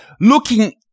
looking